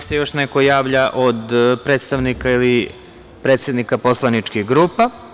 Da li se još neko javlja od predstavnika ili predsednika poslaničkih grupa?